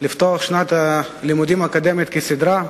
לפתוח את שנת הלימודים האקדמית כסדרה,